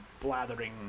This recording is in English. ...blathering